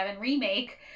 Remake